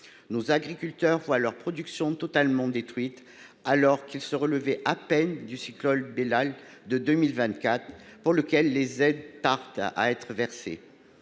Nos agriculteurs voient leur production totalement détruite, alors qu’ils se relevaient à peine du cyclone Belal de 2024, pour lequel les aides tardent à être versées.